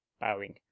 bowing